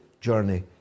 journey